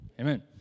amen